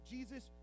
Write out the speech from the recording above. Jesus